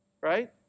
right